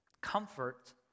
comfort